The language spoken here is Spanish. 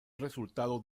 resultado